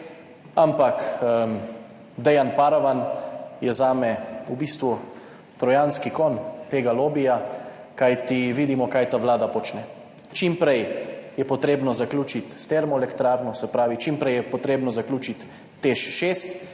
ampak Dejan Paravan je zame v bistvu trojanski konj tega lobija. Kajti, vidimo kaj ta Vlada počne. Čim prej je potrebno zaključiti s termoelektrarno, se pravi, čim prej je potrebno zaključiti TEŠ-6,